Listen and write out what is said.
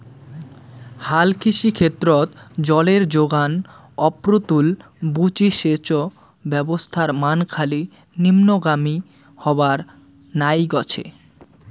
হালকৃষি ক্ষেত্রত জলের জোগান অপ্রতুল বুলি সেচ ব্যবস্থার মান খালি নিম্নগামী হবার নাইগছে